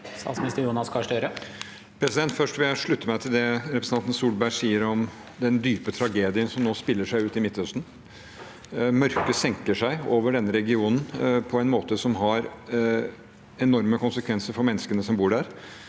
Statsminister Jonas Gahr Støre Først vil jeg slutte meg til det representanten Solberg sier om den dype tragedien som nå utspiller seg i Midtøsten. Mørket senker seg over denne regionen på en måte som har enorme konsekvenser for menneskene som bor der.